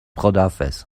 خداحافظ